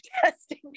testing